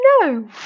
No